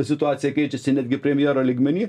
situacija keičiasi netgi premjero lygmeny